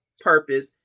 purpose